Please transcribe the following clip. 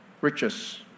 riches